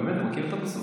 באמת מכיר את הפסוק?